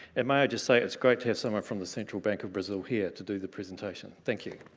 and may i just say it's great to have someone from the central bank of brazil here to do the presentation thank you